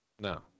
No